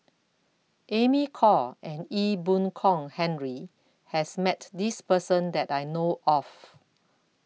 Amy Khor and Ee Boon Kong Henry has Met This Person that I know of